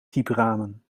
kiepramen